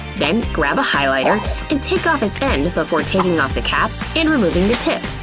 then, grab a highlighter and take off its end before taking off the cap and removing the tip.